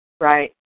Right